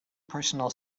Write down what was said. personal